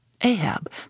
Ahab